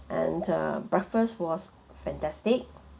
and uh breakfast was fantastic